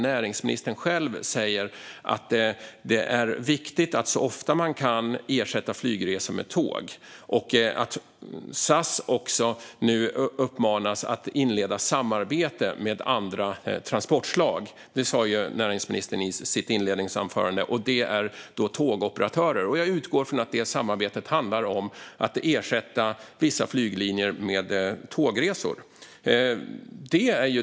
Näringsministern säger själv att det är viktigt att så ofta man kan ersätta flygresor med tåg. Att SAS nu också uppmanas att inleda samarbete med andra transportslag sa ju näringsministern i sitt inledningsanförande, och det är då fråga om tågoperatörer. Jag utgår från att det samarbetet handlar om att ersätta vissa flyglinjer med tågresor.